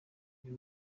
uyu